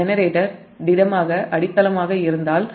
generator திடமாக அடித்தளமாக இருந்தால் பின்னர் Zn 0